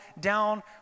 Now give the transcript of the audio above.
down